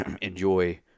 enjoy